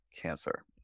cancer